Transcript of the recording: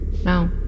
No